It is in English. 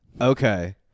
Okay